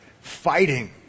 Fighting